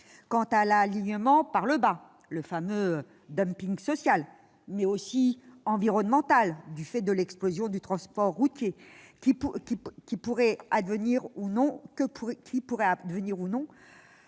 quant à l'alignement par le bas, le fameux dumping social, mais aussi environnemental, du fait de l'explosion du transport routier qui pourrait advenir au nom